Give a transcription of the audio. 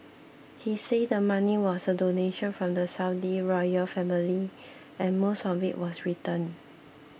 he said the money was a donation from the Saudi royal family and most of it was returned